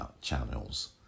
channels